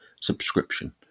subscription